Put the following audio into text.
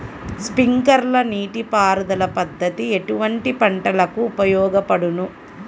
Sprinkler నీటిపారుదల పద్దతి ఎటువంటి పంటలకు ఉపయోగపడును?